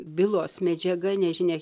bylos medžiaga nežinia